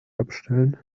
abstellen